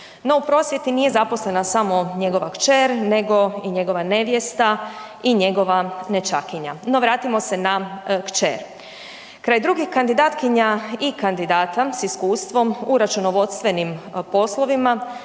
no u prosvjeti nije zaposlena samo njegova kćer nego i njegova nevjesta i njegova nećakinja no vratimo se na kćer. Kraj drugih kandidatkinja i kandidata s iskustvom u računovodstvenim poslovima,